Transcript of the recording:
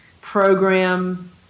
program